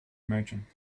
merchant